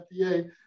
FDA